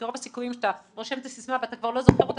כי רוב הסיכויים שאתה רושם את הסיסמה ואתה כבר לא זוכר אותה,